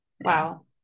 Wow